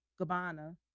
gabbana